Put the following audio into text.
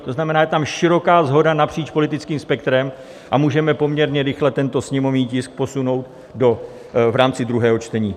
To znamená, je tam široká shoda napříč politickým spektrem a můžeme poměrně rychle tento sněmovní tisk posunout v rámci druhého čtení.